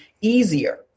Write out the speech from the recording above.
easier